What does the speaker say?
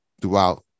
throughout